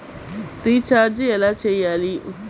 Recharge ఎలా చెయ్యాలి?